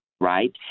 right